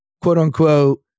quote-unquote